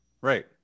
Right